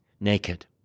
naked